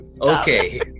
Okay